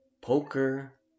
Poker